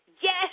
Yes